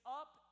up